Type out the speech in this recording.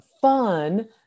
fun